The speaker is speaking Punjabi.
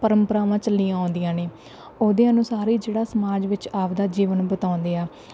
ਪਰੰਪਰਾਵਾਂ ਚੱਲੀਆਂ ਆਉਂਦੀਆਂ ਨੇ ਉਹਦੇ ਅਨੁਸਾਰ ਹੀ ਜਿਹੜਾ ਸਮਾਜ ਵਿੱਚ ਆਪਦਾ ਜੀਵਨ ਬਿਤਾਉਂਦੇ ਆ